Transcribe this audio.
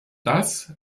das